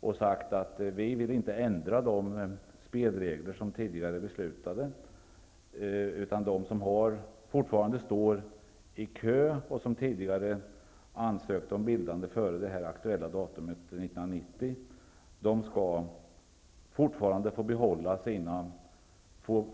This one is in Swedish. Vi har sagt att vi inte vill ändra de spelregler som är beslutade tidigare. De som fortfarande står i kö och som ansökt om bildande av fiskevårdsområden före det aktuella datumet 1990 skall